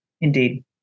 Indeed